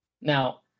Now